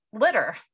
litter